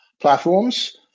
platforms